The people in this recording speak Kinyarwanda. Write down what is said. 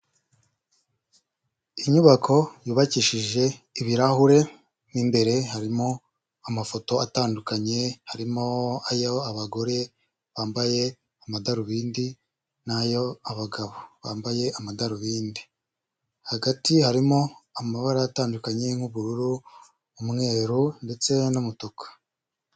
Inyubako yubakishije ibirahure mu imbere harimo amafoto atandukanye, harimo ay'abagore bambaye amadarubindi n'ayabagabo bambaye amadarubindi, hagati harimo amabara atandukanye nk'ubururu, umweru ndetse n'umutuku.